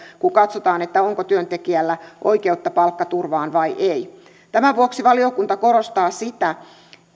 kun katsotaan onko työntekijällä oikeutta palkkaturvaan vai ei tämän vuoksi valiokunta korostaa sitä